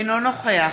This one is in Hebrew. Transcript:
אינו נוכח